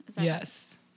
yes